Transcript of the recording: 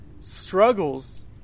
struggles